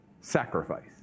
sacrifice